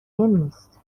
نیست